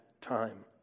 time